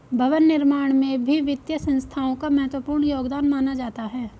भवन निर्माण में भी वित्तीय संस्थाओं का महत्वपूर्ण योगदान माना जाता है